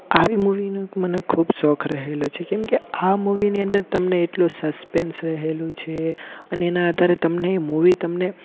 આવી મૂવીનો કે મને ખૂબ શોખ રહેલો છે કેમકે આ મૂવીની અંદર તમને એટલું સસ્પેન્સ રહેલું છે અને એના આધારે તમને એ મૂવી તમને